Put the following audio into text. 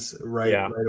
Right